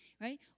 right